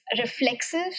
reflexive